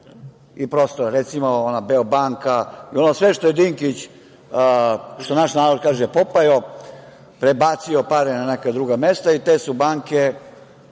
i prostora. Recimo, ona "Beo banka" i ono sve što je Dinkić, što naš narod kaže, popajo, prebacio pare na neka druga mesta i te su banke